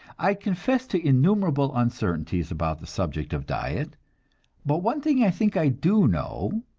i confess to innumerable uncertainties about the subject of diet but one thing i think i do know,